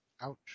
ouch